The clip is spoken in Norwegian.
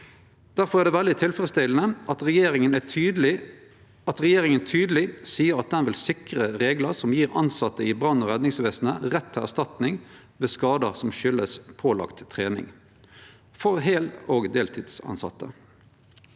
Difor er det veldig tilfredsstillande at regjeringa tydeleg seier at dei vil sikre reglar som gjev tilsette i brann- og redningsvesenet rett til erstatning ved skadar som kjem av pålagd trening for heil- og deltidstilsette.